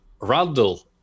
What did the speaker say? Randall